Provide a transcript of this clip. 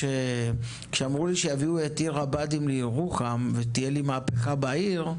כשאמרו לי שיביאו את עיר הבה"דים לירוחם ותהיה לי מהפכה בעיר,